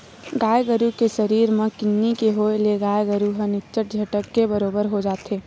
गाय गरु के सरीर म किन्नी के होय ले गाय गरु ह निच्चट झटके बरोबर हो जाथे